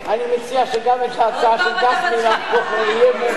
אני מציע שגם את ההצעה של גפני נהפוך לאי-אמון.